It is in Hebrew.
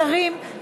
לשרים,